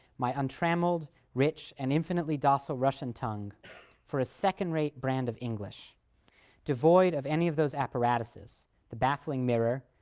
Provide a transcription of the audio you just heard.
my untrammeled, rich, and infinitely docile russian tongue for a second-rate brand of english devoid of any of those apparatuses the baffling mirror,